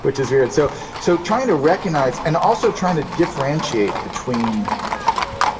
which is weird so so trying to recognize and also trying to differentiate between